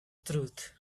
truth